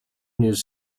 news